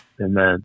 Amen